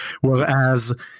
whereas